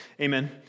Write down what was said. amen